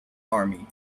army